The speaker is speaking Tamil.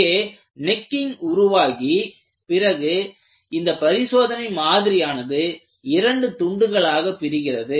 இங்கே நெக்கிங் உருவாகி பிறகு இந்த பரிசோதனை மாதிரியானது இரண்டு துண்டுகளாக பிரிகிறது